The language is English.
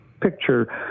picture